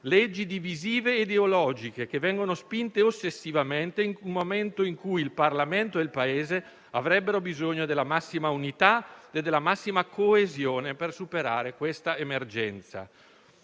leggi divisive e ideologiche, che vengono spinte ossessivamente in un momento in cui il Parlamento e il Paese avrebbero bisogno della massima unità e della massima coesione per superare questa emergenza.